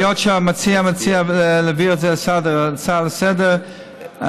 היות שהמציע מציע להעביר את זה כהצעה לסדר-היום,